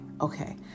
okay